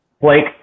Blake